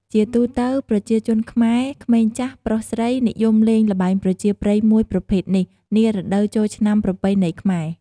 ជាទូទៅប្រជាជនខ្មែរ ក្មេងចាស់ ប្រុសស្រី និយមលេងល្បែងប្រជាប្រិយមួយប្រភេទនេះ នារដូវចូលឆ្នាំប្រពៃណីខ្មែរ។